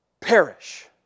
perish